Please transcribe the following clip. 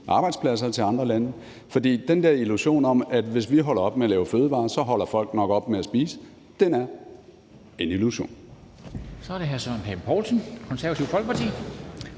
arbejdspladser til andre lande, fordi den der illusion om, at hvis vi holder op med at lave fødevarer, holder folk nok op med at spise, er en illusion.